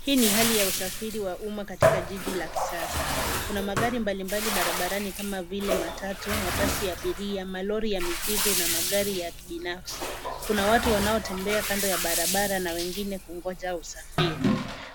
Hii ni hali ya usafiri wa umma katika jiji la kisasa. Kuna magari mbalimbali barabarani kama vile matatu, mabasi ya abiria, malori ya mizigo na magari ya kibinafsi. Kuna watu wanaotembea kando ya barabara na wengine kungoja usafiri.